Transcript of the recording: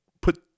put